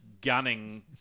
gunning